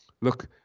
Look